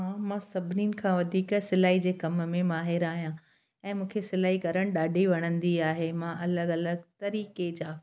हा मां सभिनीनि खां वधीक सिलाई जे कम में माहिरु आहियां ऐं मूंखे सिलाई करणु ॾाढी वणंदी आहे मां अलॻि अलॻि तरीक़े जा